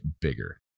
bigger